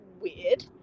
weird